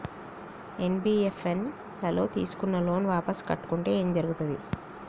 NBFS ల తీస్కున్న loan వాపస్ కట్టకుంటే ఏం జర్గుతది?